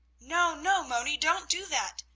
no, no, moni, don't do that,